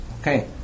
Okay